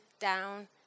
down